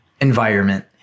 environment